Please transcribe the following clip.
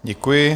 Děkuji.